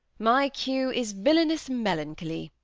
my cue is villainous melancholy,